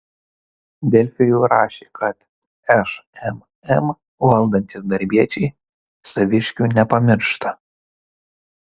delfi jau rašė kad šmm valdantys darbiečiai saviškių nepamiršta